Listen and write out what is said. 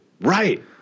Right